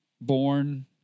Born